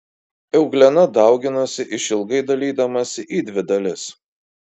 euglena dauginasi išilgai dalydamasi į dvi dalis